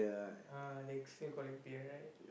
ah they still call it beer right